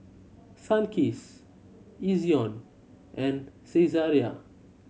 Sunkist Ezion and Saizeriya